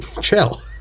chill